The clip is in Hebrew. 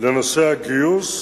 לנושא הגיוס,